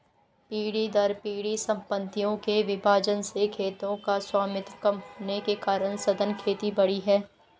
पीढ़ी दर पीढ़ी सम्पत्तियों के विभाजन से खेतों का स्वामित्व कम होने के कारण सघन खेती बढ़ी है